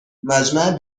مجمع